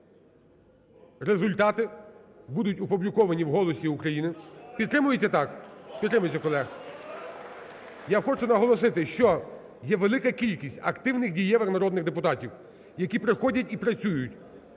Результати будуть опубліковані у "Голосі України". Підтримується так? Підтримується. Я хочу наголосити, що є велика кількість активних дієвих народних депутатів, які приходять і працюють.